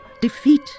Defeat